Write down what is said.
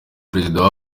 perezida